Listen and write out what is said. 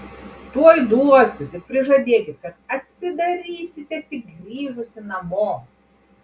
tuoj duosiu tik prižadėkit kad atidarysite tik grįžusi namo